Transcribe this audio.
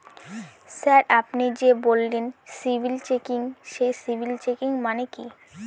Sir আপনি যে বললেন সিবিল চেকিং সেই সিবিল চেকিং মানে কি?